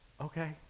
okay